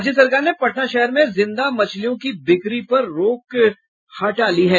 राज्य सरकार ने पटना शहर में जिंदा मछलियों की बिक्री पर लगी रोक हटा ली है